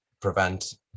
prevent